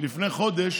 לפני חודש